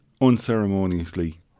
unceremoniously